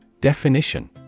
Definition